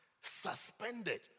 suspended